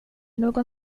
någon